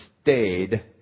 stayed